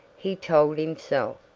he told himself.